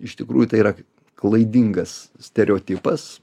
iš tikrųjų tai yra klaidingas stereotipas